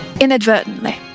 inadvertently